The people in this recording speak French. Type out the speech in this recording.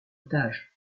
otage